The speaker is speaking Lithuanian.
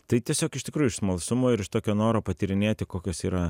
tai tiesiog iš tikrųjų iš smalsumo ir iš tokio noro patyrinėti kokios yra